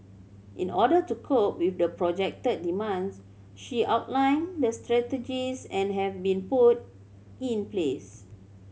in order to cope with the projected demands she outlined the strategies and have been put in place